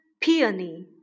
peony